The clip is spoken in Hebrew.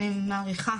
אני מעריכה